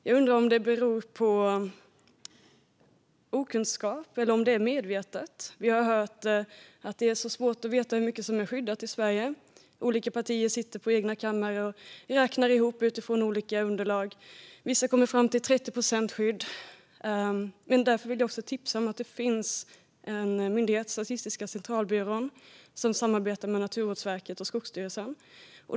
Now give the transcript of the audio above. Jag undrar om det beror på okunskap eller om det är medvetet, men vi har hört hur svårt det är att veta hur mycket som är skyddat i Sverige. Olika partier sitter på sina kammare och räknar ihop detta utifrån olika underlag. Vissa kommer fram till 30 procent skyddat. Därför vill jag tipsa om att det finns en myndighet som heter Statistiska centralbyrån, som samarbetar med Naturvårdsverket och Skogsstyrelsen.